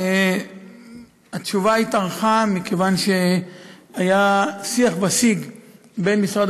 התשובה התארכה מכיוון שהיה שיג ושיח בין משרד